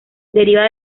deriva